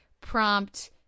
prompt